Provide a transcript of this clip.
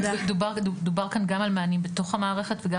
דובר כאן גם על מענים בתוך המערכת וגם